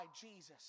Jesus